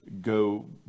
go